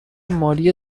مالی